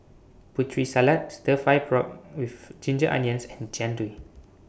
Putri Salad Stir Fry Pork with Ginger Onions and Jian Dui